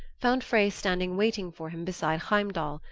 found frey standing waiting for him beside heimdall,